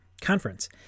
conference